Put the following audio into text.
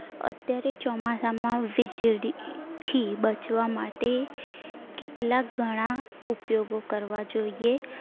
અત્યારે ચોમાસામાં વીજળીથી બચવા માટે કેટલા ઘણા ઉપયોગો કરવા જોઈએ